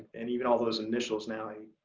and even all those initials now,